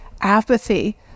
apathy